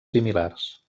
similars